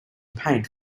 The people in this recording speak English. paint